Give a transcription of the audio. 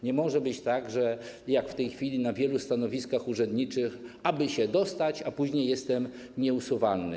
Nie może być tak, jak jest w tej chwili na wielu stanowiskach urzędniczych - aby się dostać, a później jestem nieusuwalny.